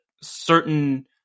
certain